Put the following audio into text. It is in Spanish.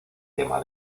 tema